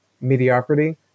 mediocrity